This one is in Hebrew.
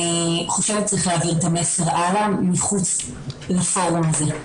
אני חושבת שצריך להעביר את המסר הלאה מחוץ לפורום הזה.